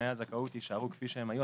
הם יישארו כפי שהיו.